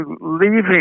leaving